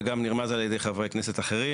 וגם נרמז על ידי חברי כנסת אחרים,